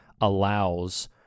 allows